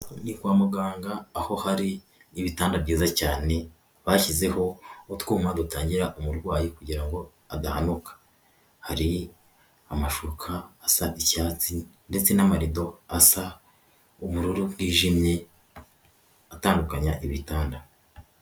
Ni kwa muganga aho hari ibitanda byiza cyane bashyizeho utwuma dutangira umurwayi kugira ngo adahanuka, hari amashuka asa icyatsi ndetse n'amarido asa ubururu bwijimye atanduganya ibitanda.